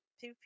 two